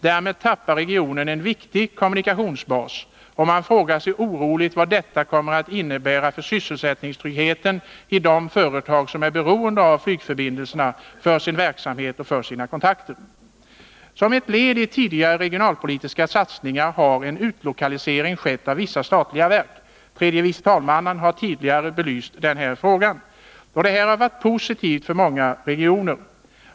Därmed tappar regionen en viktig kommunikationsbas, och 93 man frågar sig oroligt vad detta kommer att innebära för sysselsättningstryggheten i de företag som är beroende av flygförbindelserna för sin verksamhet och sina kontakter. Som ett led i tidigare regionalpolitiska satsningar har en utlokalisering skett av vissa statliga verk. Tredje vice talmannen har tidigare belyst den frågan. Detta har varit positivt för många regioner.